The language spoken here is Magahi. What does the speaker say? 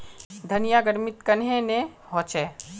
धनिया गर्मित कन्हे ने होचे?